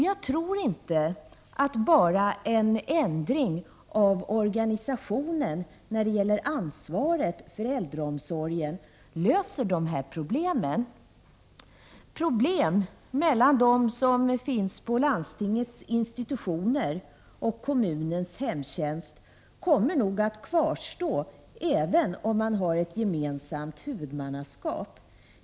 Jag tror inte att bara en ändring av organisationen när det gäller ansvaret för äldreomsorgen löser de här problemen. Problem kommer nog alltid att kvarstå för dem som berörs både av landstingets institutioner och av kommunens hemtjänst, även vid ett gemensamt huvudmannaskap.